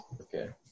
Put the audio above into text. Okay